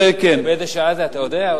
באיזה שעה זה, אתה יודע?